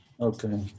Okay